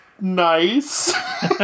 nice